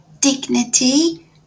dignity